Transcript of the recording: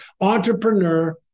entrepreneur